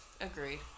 Agreed